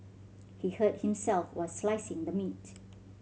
he hurt himself while slicing the meat